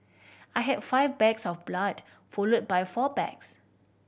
I had five bags of blood followed by four bags